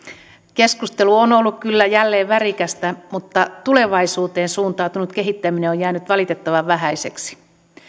keskustelu on ollut kyllä jälleen värikästä mutta tulevaisuuteen suuntautunut kehittäminen on jäänyt valitettavan vähäiseksi